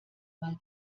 mal